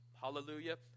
Hallelujah